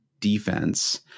defense –